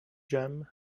jam